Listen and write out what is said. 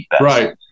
right